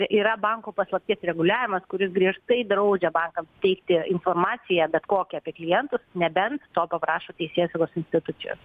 yra banko paslapties reguliavimas kuris griežtai draudžia bankams teikti informaciją bet kokią apie klientus nebent to paprašo teisėsaugos institucijos